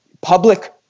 public